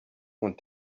want